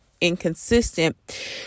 inconsistent